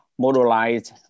modelized